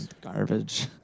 garbage